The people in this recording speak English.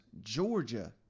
Georgia